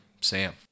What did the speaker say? Sam